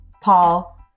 Paul